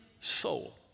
soul